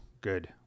good